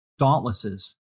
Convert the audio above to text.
Dauntlesses